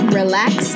relax